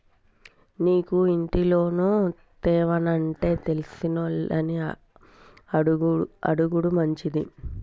నీకు ఇంటి లోను తేవానంటే తెలిసినోళ్లని అడుగుడు మంచిది